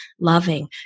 loving